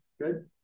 good